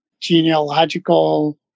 genealogical